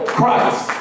Christ